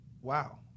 wow